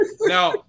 Now